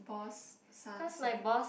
pause son